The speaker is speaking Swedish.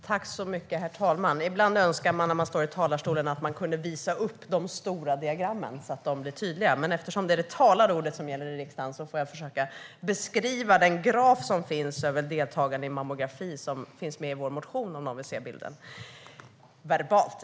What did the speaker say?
Herr talman! Ibland önskar jag när jag står i talarstolen att jag kunde visa upp de stora diagrammen så att de blir tydliga. Men eftersom det är det talade ordet som gäller i riksdagen får jag försöka att i stället verbalt beskriva den graf som finns över deltagande i mammografi som finns med i vår motion, om någon vill se bilden.